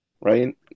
right